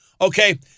Okay